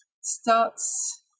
starts